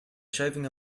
shaving